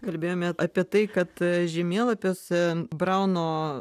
kalbėjome apie tai kad žemėlapiuose brauno